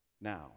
now